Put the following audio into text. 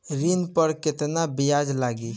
ऋण पर केतना ब्याज लगी?